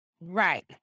right